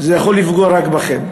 זה יכול לפגוע רק בכם.